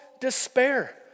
despair